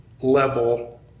level